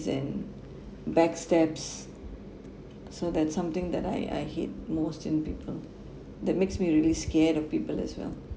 and backstabs so that's something that I I hate most in people that makes me really scared of people as well